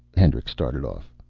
hendricks started off.